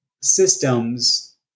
systems